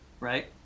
Right